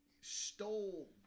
stole